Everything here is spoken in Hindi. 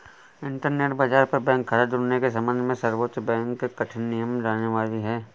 इंटरनेट बाज़ार पर बैंक खता जुड़ने के सम्बन्ध में सर्वोच्च बैंक कठिन नियम लाने वाली है